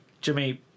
Jimmy